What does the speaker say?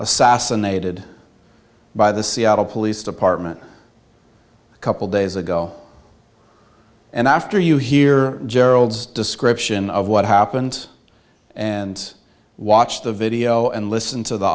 assassinated by the seattle police department couple days ago and after you hear gerald description of what happened and watch the video and listen to the